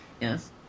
Yes